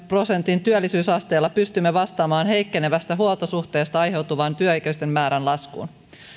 prosentin työllisyysasteella pystymme vastaamaan heikkenevästä huoltosuhteesta aiheutuvaan työikäisten määrän laskuun